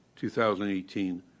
2018